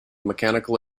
mechanical